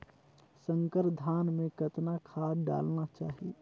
संकर धान मे कतना खाद डालना चाही?